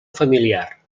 familiar